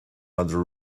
madra